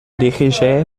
dirigé